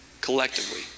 collectively